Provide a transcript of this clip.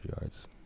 yards